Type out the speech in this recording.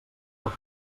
foc